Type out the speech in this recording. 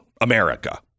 America